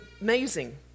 amazing